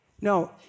No